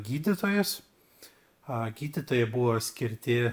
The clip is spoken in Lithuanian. gydytojus a gydytojai buvo skirti